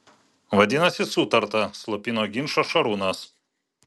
vadinasi sutarta slopino ginčą šarūnas